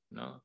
no